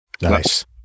nice